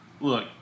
look